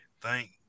thank